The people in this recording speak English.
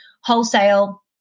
wholesale